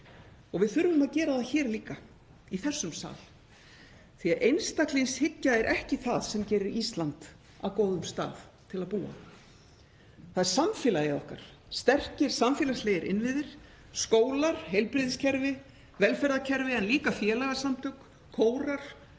Við þurfum að gera það hér líka, í þessum sal, því einstaklingshyggja er ekki það sem gerir Ísland að góðum stað að búa á. Það er samfélagið okkar, sterkir samfélagslegir innviðir; skólar, heilbrigðiskerfið, velferðarkerfið en líka félagasamtök, kórar,